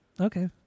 okay